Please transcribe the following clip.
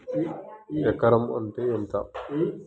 ఎకరం అంటే ఎంత?